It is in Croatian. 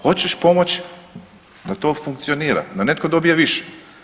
Hoćeš pomoć da to funkcionira da netko dobije više.